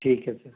ਠੀਕ ਐ ਸਰ